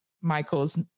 Michael's